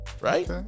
right